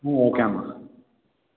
ಹ್ಞೂ ಓಕೆ ಅಮ್ಮ